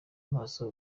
amaso